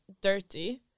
dirty